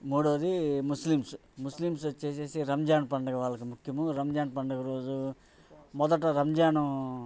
మూడోవది Muslims Muslims వచ్చి రంజాన్ పండుగ వాళ్ళకు ముఖ్యము రంజాన్ పండుగ రోజు మొదట రంజాను